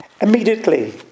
Immediately